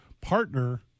partner